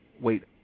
wait